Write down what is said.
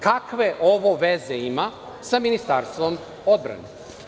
Kakve ovo veze ima sa Ministarstvom odbrane?